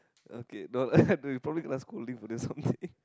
okay don't I have to probably transchooling for this song